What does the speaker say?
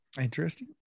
Interesting